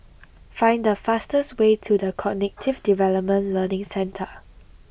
find the fastest way to the Cognitive Development Learning Centre